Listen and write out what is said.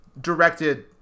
directed